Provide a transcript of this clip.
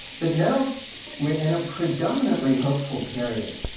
but now we're in a predominantly hopeful period.